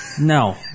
no